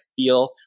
feel